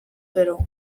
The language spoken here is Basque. gero